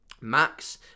max